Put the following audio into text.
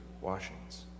washings